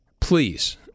please